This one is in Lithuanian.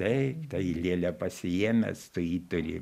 taip tai lėlę pasiėmęs tu jį turi